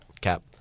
Cap